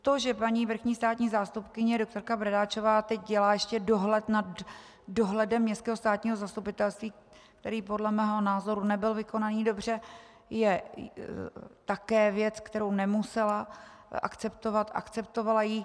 To, že paní vrchní státní zástupkyně doktorka Bradáčová teď dělá ještě dohled nad dohledem městského státního zastupitelství, který podle mého názoru nebyl vykonaný dobře, je také věc, kterou nemusela akceptovat, ale akceptovala ji.